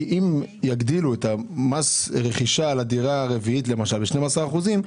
אם יגדילו את מס הרכישה לדירה הרביעית ב-12 אחוזים,